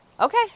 okay